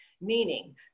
meaning